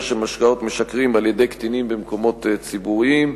של משקאות משכרים על-ידי קטינים במקומות ציבוריים.